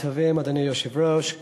אדוני היושב-ראש,